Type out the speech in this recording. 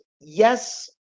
Yes